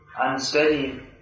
Unsteady